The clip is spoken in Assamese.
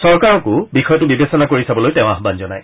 চৰকাৰকো বিষয়টো পৰীক্ষা কৰি চাবলৈ তেওঁ আহবান জনায়